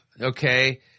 Okay